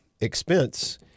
expense